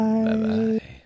Bye-bye